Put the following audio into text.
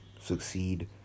Succeed